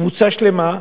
קבוצה שלמה,